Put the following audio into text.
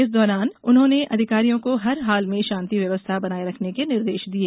इस दौरान उन्होंने अधिकारियों को हर हाल में शांति व्यवस्था बनाए रखने के निर्देश दिए